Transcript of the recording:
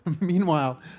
Meanwhile